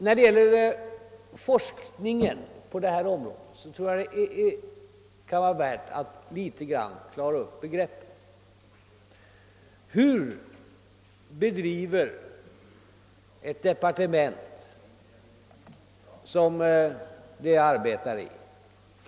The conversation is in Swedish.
När det gäller forskningen på detta område tror jag att det kan vara värt att litet grand klara upp begreppen. Hur bedrivs forskning av ett departement som det jag arbetar i?